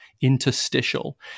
interstitial